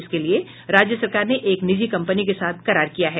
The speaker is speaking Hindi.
इसके लिये राज्य सरकार ने एक निजी कंपनी के साथ करार किया है